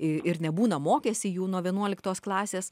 ir nebūna mokęsi jų nuo vienuoliktos klasės